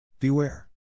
Beware